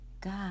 god